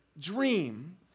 dream